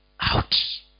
out